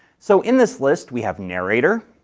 so, in this list, we have narrator,